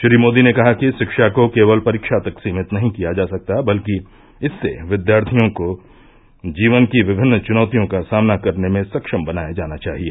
श्री मोदी ने कहा कि शिक्षा को केवल परीक्षा तक सीमित नहीं किया जा सकता बल्कि इससे विद्यार्थियों को जीवन की विभिन्न चुनौतियों का सामना करने में सक्षम बनाया जाना चाहिए